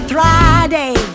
Friday